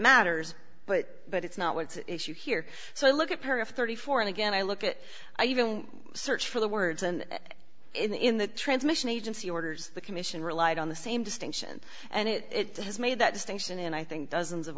matters but but it's not what's at issue here so i look at period thirty four and again i look at i even search for the words and in the transmission agency orders the commission relied on the same distinction and it has made that distinction and i think dozens of